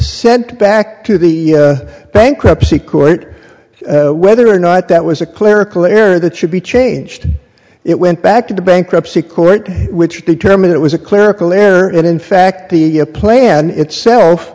sent back to the bankruptcy court whether or not that was a clerical error that should be changed it went back to the bankruptcy court which determined it was a clerical error and in fact the a plan itself